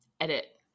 edit